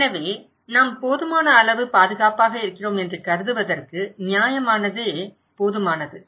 எனவே நாம் போதுமான அளவு பாதுகாப்பாக இருக்கிறோம் என்று கருதுவதற்கு நியாயமானதே போதுமானது